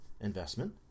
investment